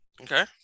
Okay